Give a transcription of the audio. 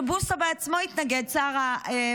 ששר הבריאות בוסו בעצמו התנגד לזה,